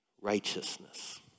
righteousness